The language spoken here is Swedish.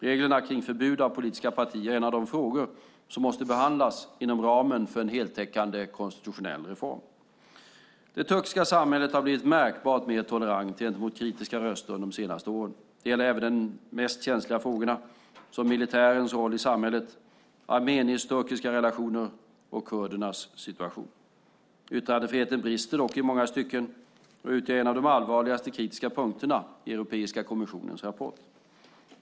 Reglerna kring förbud av politiska partier är en av de frågor som måste behandlas inom ramen för en heltäckande konstitutionell reform. Det turkiska samhället har blivit märkbart mer tolerant gentemot kritiska röster under de senaste åren; det gäller även de mest känsliga frågorna, som militärens roll i samhället, armenisk-turkiska relationer och kurdernas situation. Yttrandefriheten brister dock i många stycken, och det utgör en av de allvarligaste kritiska punkterna i Europeiska kommissionens rapport.